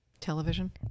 television